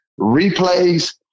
replays